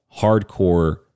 hardcore